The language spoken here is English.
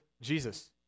Jesus